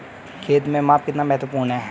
खेत में माप कितना महत्वपूर्ण है?